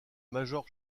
major